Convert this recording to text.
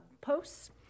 posts